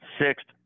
Sixth